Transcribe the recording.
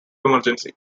emergency